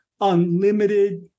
unlimited